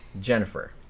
Jennifer